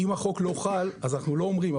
שאם החוק לא חל, אנחנו לא אומרים.